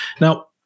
Now